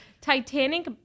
Titanic